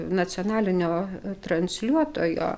nacionalinio transliuotojo